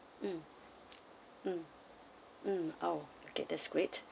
mm mm mm oh okay that's great